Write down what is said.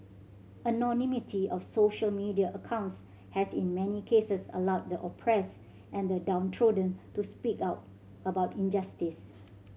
anonymity of social media accounts has in many cases allowed the oppressed and the downtrodden to speak out about injustice